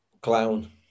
Clown